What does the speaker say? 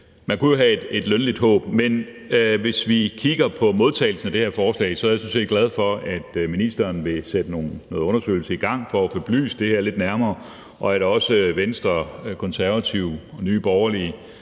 Man kunne jo have et lønligt håb. Men hvis vi kigger på modtagelsen af det her forslag, er jeg sådan set glad for, at ministeren vil sætte en undersøgelse i gang for at få belyst det her lidt nærmere, og at også Venstre, Konservative og Nye Borgerlige